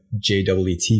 JWT